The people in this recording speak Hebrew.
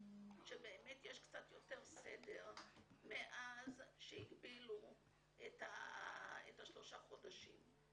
שבאמת יש קצת יותר סדר מאז שהגבילו את השלושה חודשים.